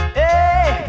hey